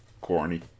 corny